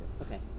okay